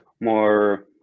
more